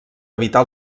evitar